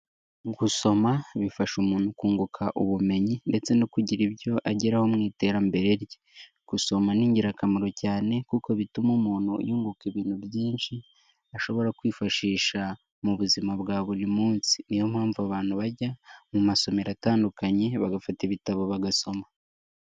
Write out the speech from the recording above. Gusoma bifasha umuntu kunguka ubumenyi ndetse no kugira ibyo ageraho mu iterambere rye. Gusoma ni ingirakamaro cyane kuko bituma umuntu yunguka ibintu byinshi, ashobora kwifashisha mu buzima bwa buri munsi. Ni yo mpamvu abantu bajya mu masomero atandukanye bagafata ibitabo bagasoma.